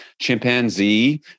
chimpanzee